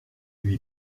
lui